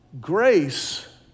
grace